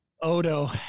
Odo